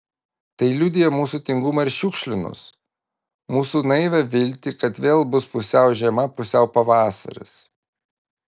tai liudija mūsų tingumą ir šiukšlynus mūsų naivią viltį kad vėl bus pusiau žiema pusiau pavasaris